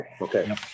Okay